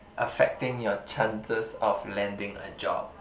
affecting your chances of landing a job